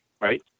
right